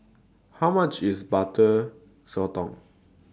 How much IS Butter Sotong